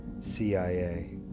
*CIA